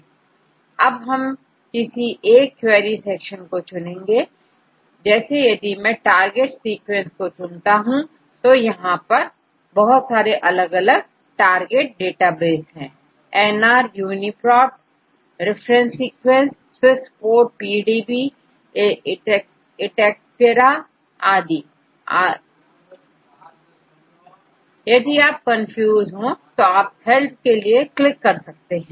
अब हम किसी एक क्वेरी सीक्वेंस को चुनेंगे जैसे यदि मैं टारगेट सीक्वेंस को चुनता हूं तो यहां पर बहुत सारे अलग अलग टारगेट databases हैnr UniProt ref sequence Swiss Prot PDB etceteraयदि आप कंफ्यूज हो तो आप हेल्प के लिए क्लिक सकते हैं